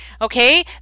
okay